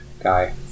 guy